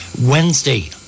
Wednesday